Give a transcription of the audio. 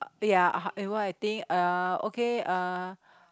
ya in what I think uh okay uh